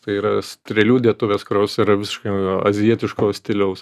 tai yra strėlių dėtuvės kurios yra visiškai azijietiško stiliaus